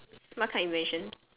what kind of invention